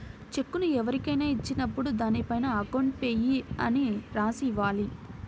చెక్కును ఎవరికైనా ఇచ్చినప్పుడు దానిపైన అకౌంట్ పేయీ అని రాసి ఇవ్వాలి